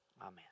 Amen